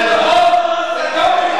לך לקדאפי,